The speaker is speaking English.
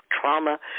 trauma